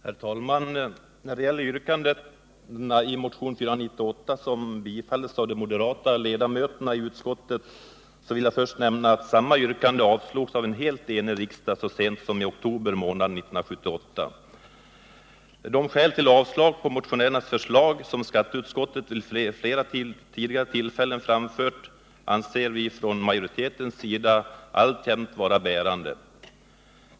Herr talman! När det gäller yrkandena i motion 498, som tillstyrkts av de moderata ledamöterna i utskottet, vill jag börja med att nämna att samma yrkande avslogs av en helt enig riksdag så sent som i oktober månad 1978. De skäl till avslag av motionärernas förslag som skatteutskottet vid flera tillfällen framfört, anser vi från majoritetens sida alltjämt vara bärande.